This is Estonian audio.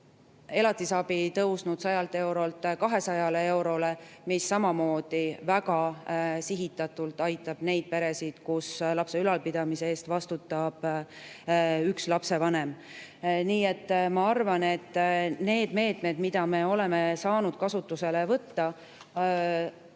elatisabi tõusnud 100 eurolt 200 eurole, mis samamoodi väga sihitatult aitab neid peresid, kus lapse ülalpidamise eest vastutab üks lapsevanem. Nii et ma arvan, et need meetmed, mida me oleme saanud kasutusele võtta ja